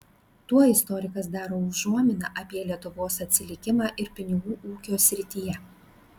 tuo istorikas daro užuominą apie lietuvos atsilikimą ir pinigų ūkio srityje